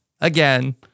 again